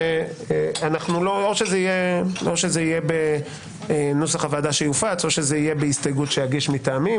או שזה יהיה בנוסח הוועדה שיופץ או שזה יהיה בהסתייגות שאגיש מטעמי,